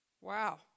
Wow